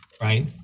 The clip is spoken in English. right